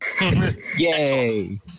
Yay